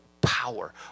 power